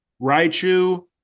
Raichu